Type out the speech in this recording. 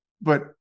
but-